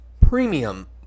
premium